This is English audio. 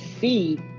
see